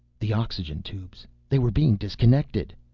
the oxygen tubes! they were being disconnected.